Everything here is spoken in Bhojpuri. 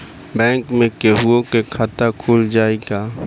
बैंक में केहूओ के खाता खुल जाई का?